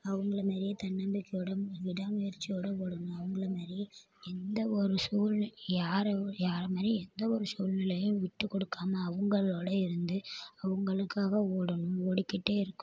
அவங்கள மாதிரியே தன்னபிக்கையோடு விடாமுயற்சியோடு ஓடணும் அவங்கள மாரி எந்த ஒரு சூழ்நிலையும் யார் யார் மாரி எந்த ஒரு சூழ்நிலையும் விட்டு கொடுக்காம அவங்களோட இருந்து அவங்களுக்காக ஓடணும் ஓடிக்கிட்டே இருக்கணும்